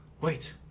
Wait